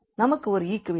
நமக்கு ஒரு ஈக்வேஷன் 𝑥2𝑦 4